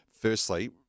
firstly